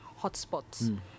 hotspots